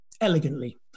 Elegantly